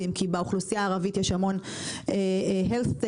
באוכלוסייה הערבית יש המון Health tech